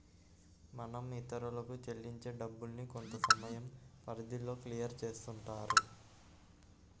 మనం ఇతరులకు చెల్లించే డబ్బుల్ని కొంతసమయం పరిధిలో క్లియర్ చేస్తుంటారు